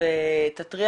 ותתריע